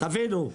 תבינו,